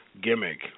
gimmick